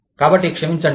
కాబట్టి క్షమించండి